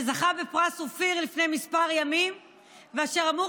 שזכה בפרס אופיר לפני כמה ימים ואשר אמור